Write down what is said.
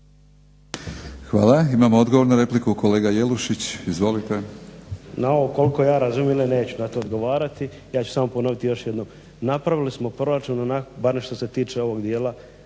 Hvala. Imamo odgovor na repliku kolega Jelušić. Izvolite. **Jelušić, Ivo (SDP)** Na ovo koliko ja razumijem neću na to odgovarati, ja ću ponoviti samo još jednom. Napravili smo proračun onako barem što se tiče ovog dijela